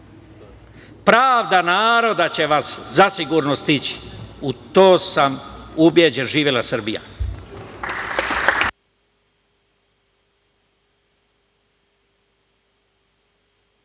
Pravda naroda će vas zasigurno stići. U to sam ubeđen. Živela Srbija.